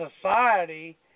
society